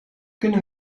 kunnen